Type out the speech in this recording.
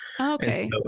okay